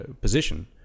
position